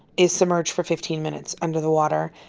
is submerged for fifteen minutes under the water.